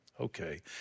Okay